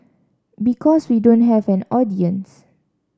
because we don't have an audience